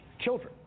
children